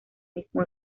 mismo